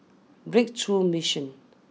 Breakthrough Mission